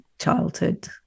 childhood